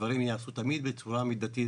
שהדברים תמיד ייעשו בצורה מידתית,